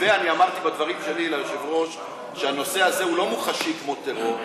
אמרתי בדברים שלי ליושב-ראש שהנושא הזה הוא לא מוחשי כמו טרור,